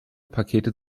pakete